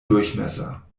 durchmesser